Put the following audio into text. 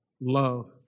Love